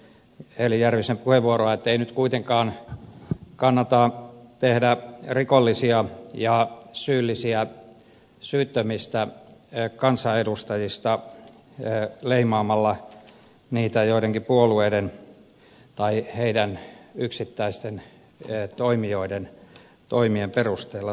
heli järvisen puheenvuoroa että ei nyt kuitenkaan kannata tehdä rikollisia ja syyllisiä syyttömistä kansanedustajista leimaamalla heitä joidenkin puolueiden tai niiden yksittäisten toimijoiden toimien perusteella